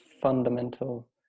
fundamental